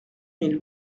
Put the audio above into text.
mille